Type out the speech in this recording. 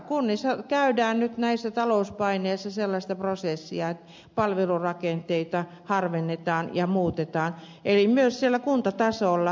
kunnissa käydään nyt näissä talouspaineissa läpi sellaista prosessia että palvelurakenteita harvennetaan ja muutetaan eli myös siellä kuntatasolla on sama ilmiö